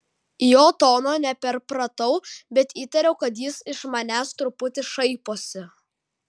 jo tono neperpratau bet įtariau kad jis iš manęs truputį šaiposi